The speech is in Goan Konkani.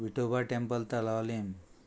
विठोबा टॅम्पल तालावलीम